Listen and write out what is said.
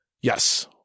Yes